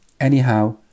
Anyhow